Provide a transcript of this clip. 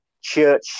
church